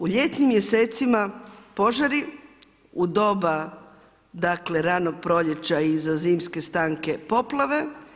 U ljetnim mjesecima požari u doba dakle, ranog proljeća, iza zimske stanke poplave.